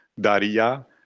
daria